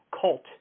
cult